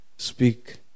speak